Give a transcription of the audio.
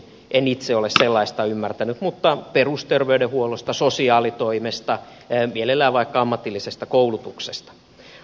en itse ole sellaista ymmärtänyt mutta perusterveydenhuollosta sosiaalitoimesta mielellään vaikka ammatillisesta koulutuksesta